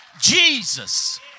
Jesus